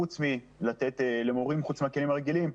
חוץ מלתת למורים את הכלים הרגילים,